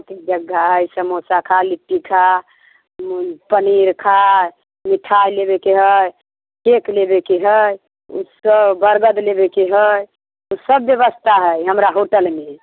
शान्ति जग्गह है समोसा खा लिट्टी खा पनीर खा मिठाइ लेबैके है केक लेबैके है ई सभ बर्गर लेबैके है सभ व्यवस्था है हमरा होटलमे